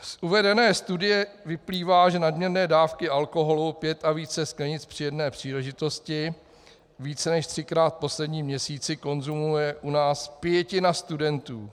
Z uvedené studie vyplývá, že nadměrné dávky alkoholu pět a více sklenic při jedné příležitosti více než třikrát v posledním měsíci konzumuje u nás pětina studentů.